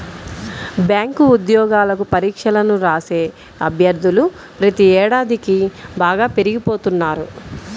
bank ఉద్యోగాలకు పరీక్షలను రాసే అభ్యర్థులు ప్రతి ఏడాదికీ బాగా పెరిగిపోతున్నారు